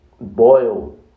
boil